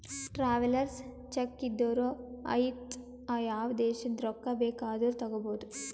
travellers cheque ಇದ್ದೂರು ಐಯ್ತ ಯಾವ ದೇಶದು ರೊಕ್ಕಾ ಬೇಕ್ ಆದೂರು ತಗೋಬೋದ